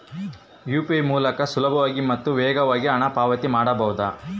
UPI ಮೂಲಕ ಸುಲಭವಾಗಿ ಮತ್ತು ವೇಗವಾಗಿ ಹಣ ಪಾವತಿ ಮಾಡಬಹುದಾ?